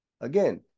Again